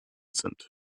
sind